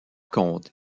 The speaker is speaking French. contre